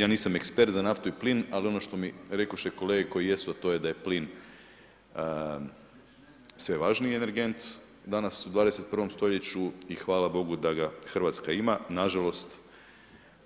Ja nisam ekspert za naftu i plin, ali ono što mi rekoše kolege koje jesu, a to je da je plin sve važniji energent danas u 21. stoljeću i hvala Bogu da ga Hrvatska ima, nažalost